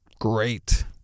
great